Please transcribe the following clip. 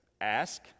ask